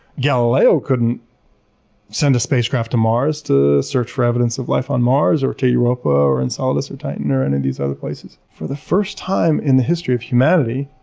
galileo couldn't send a spacecraft to mars to search for evidence of life on mars, or to europa, or enceladus, or titan, or any of these other places. for the first time in the history of humanity,